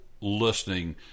listening